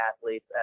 athletes